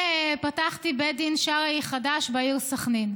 ופתחתי בית דין שרעי חדש בעיר סח'נין.